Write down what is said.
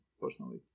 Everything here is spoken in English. personally